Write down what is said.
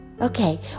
Okay